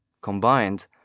combined